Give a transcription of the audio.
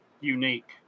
unique